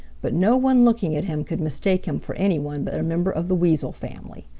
but no one looking at him could mistake him for any one but a member of the weasel family.